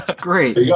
great